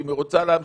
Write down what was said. אם היא רוצה להמשיך.